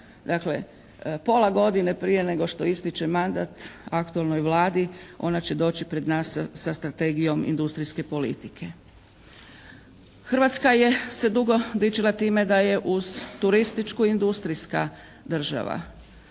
dakle, pola godine prije nego što ističe mandat aktualnoj Vladi ona će doći pred nas sa strategijom industrijske politike. Hrvatska je se dugo dičila time da uz turističku industrijska država,